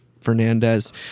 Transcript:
Fernandez